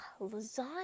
lasagna